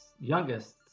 youngest